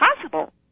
possible